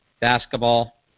basketball